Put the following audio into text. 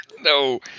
No